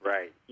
Right